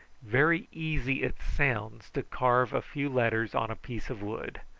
very easy it sounds to carve a few letters on a piece of wood,